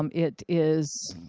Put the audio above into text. um it is